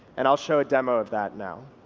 and i'll show a demo of that now.